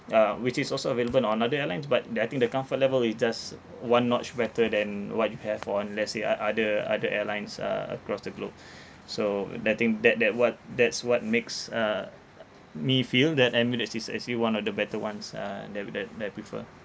ya which is also available on another airlines but the I think the comfort level is just one notch better than what you have for and let's say o~ other other airlines uh across the globe so I think that that what that's what makes uh me feel that Emirates is actually one of the better ones uh that that that I prefer